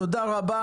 תודה רבה,